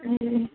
ए